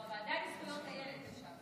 לא, הוועדה לזכויות הילד.